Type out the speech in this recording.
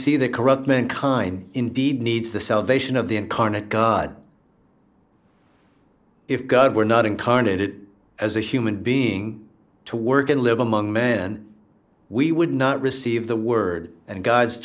see that corrupt mankind indeed needs the salvation of the incarnate god if god were not incarnated as a human being to work and live among men we would not receive the word and god's